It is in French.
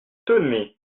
tenez